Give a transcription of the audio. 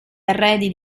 arredi